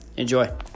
Enjoy